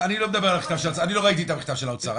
אני לא ראיתי את המכתב של האוצר.